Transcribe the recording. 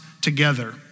together